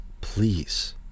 please